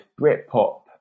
Britpop